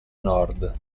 nord